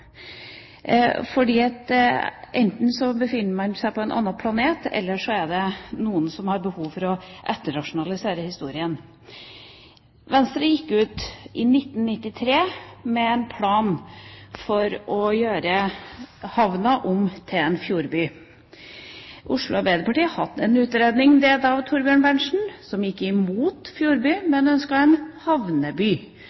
enten befinner man seg på en annen planet, eller så er det noen som har behov for å etterrasjonalisere historien. Venstre gikk i 1993 ut med en plan for å gjøre havna om til en fjordby. Oslo Arbeiderparti hadde da hatt en utredning ved Thorbjørn Berntsen som gikk imot fjordby,